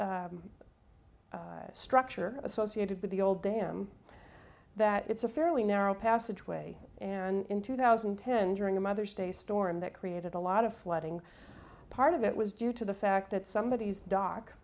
much structure associated with the old dam that it's a fairly narrow passageway and in two thousand and ten during a mother's day storm that created a lot of flooding part of it was due to the fact that somebody who's doc